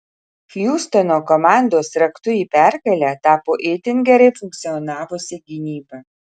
hjustono komandos raktu į pergalę tapo itin gerai funkcionavusi gynyba